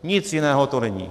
Nic jiného to není.